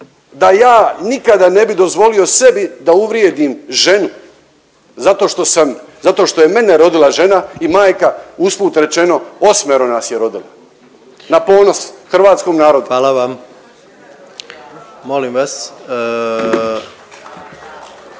da ja nikada ne bi dozvolio sebi da uvrijedim ženu zato što sam, zato što je mene rodila žena i majka, usput rečeno osmero nas je rodila, na ponos hrvatskom narodu. **Jandroković,